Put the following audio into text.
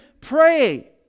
pray